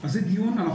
אז זה דיון אחר,